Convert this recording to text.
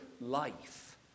life